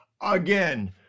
again